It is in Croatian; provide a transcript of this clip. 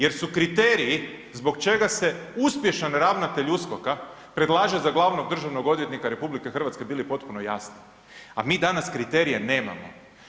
Jer su kriteriji zbog čega se uspješan ravnatelj USKOK-a predlaže za glavnog državnog odvjetnika RH bili potpuno jasni, a mi danas kriterija nemamo.